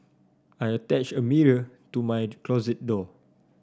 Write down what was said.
I attached a mirror to my closet door